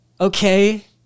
Okay